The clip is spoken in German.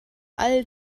all